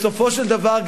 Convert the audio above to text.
בסופו של דבר,